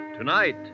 Tonight